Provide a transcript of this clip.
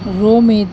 Romit